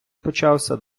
почався